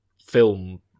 film